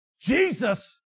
Jesus